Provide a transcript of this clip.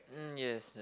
mm yes that's